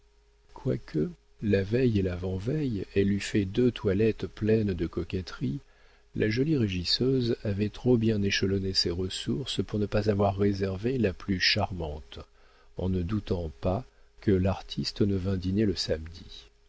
quoique la veille et l'avant-veille elle eût fait deux toilettes pleines de coquetterie la jolie régisseuse avait trop bien échelonné ses ressources pour ne pas avoir réservé la plus charmante en ne doutant pas que l'artiste ne vînt dîner le samedi